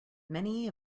many